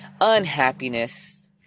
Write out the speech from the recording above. unhappiness